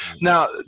now